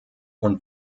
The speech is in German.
und